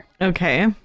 Okay